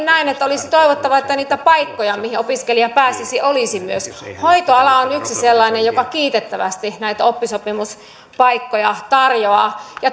näen että olisi toivottavaa että niitä paikkoja mihin opiskelija pääsisi olisi myös hoitoala on yksi sellainen joka kiitettävästi näitä oppisopimuspaikkoja tarjoaa